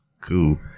cool